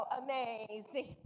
amazing